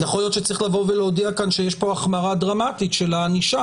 יכול להיות שצריך לבוא ולהודיע כאן שיש פה החמרה דרמטית של ענישה